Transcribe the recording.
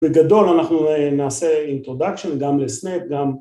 בגדול אנחנו נעשה אינטרודקשן גם לסנאפ גם